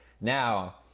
Now